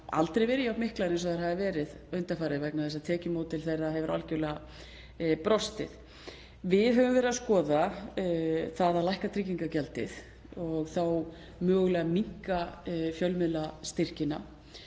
aldrei verið jafn miklar og þær hafa verið undanfarið vegna þess að tekjumódel þeirra hefur algerlega brostið. Við höfum verið að skoða það að lækka tryggingagjaldið og þá mögulega lækka fjölmiðlastyrkina.